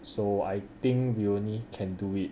so I think we only can do it